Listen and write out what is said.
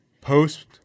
post